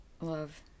love